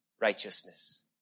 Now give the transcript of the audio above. righteousness